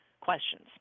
questions